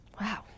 wow